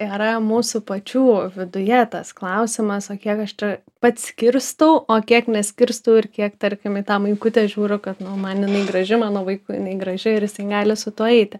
yra mūsų pačių viduje tas klausimas o kiek aš čia pats skirstau o kiek neskirstau ir kiek tarkim į tą muikutę žiūriu kad man jinai graži mano vaikui jinai graži ir jisai gali su tuo eiti